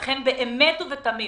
ולכן באמת ובתמים,